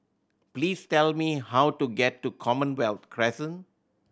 please tell me how to get to Commonwealth Crescent